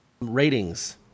Ratings